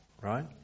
right